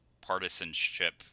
partisanship